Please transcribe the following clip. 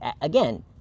Again